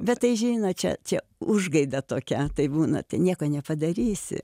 bet tai žinot čia čia užgaida tokia tai būnate nieko nepadarysi